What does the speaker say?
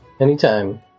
anytime